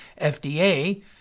FDA